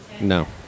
No